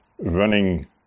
running